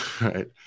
right